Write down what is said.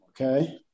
Okay